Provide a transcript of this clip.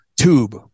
tube